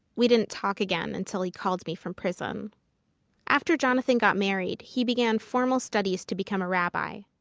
we didn't talk again until he called me from prison after jonathan got married, he began formal studies to become a rabbi.